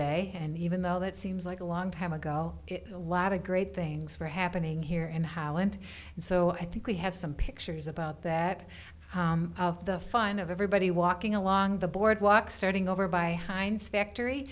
day and even though that seems like a long time ago a lot of great things were happening here in holland and so i think we have some pictures about that the fun of everybody walking along the boardwalk starting over by heinz factory